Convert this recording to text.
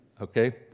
okay